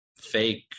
Fake